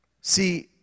See